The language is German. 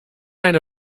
eine